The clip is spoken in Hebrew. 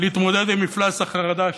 להתמודד עם מפלס החרדה שלו.